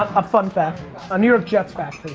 a fun fact. a new york jets fact